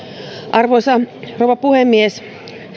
arvoisa rouva puhemies